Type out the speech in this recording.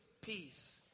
Peace